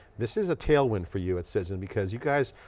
this is a tailwind for you at cision because you guys,